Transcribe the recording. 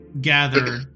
gather